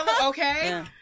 Okay